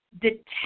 detect